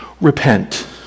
Repent